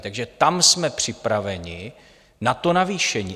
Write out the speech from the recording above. Takže tam jsme připraveni na to navýšení.